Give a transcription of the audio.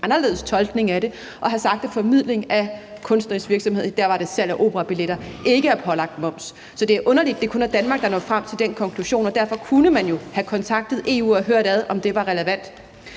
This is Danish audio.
det er underligt, at det kun er Danmark, der når frem til den konklusion, og derfor kunne man jo have kontaktet EU og hørt, om det var relevant.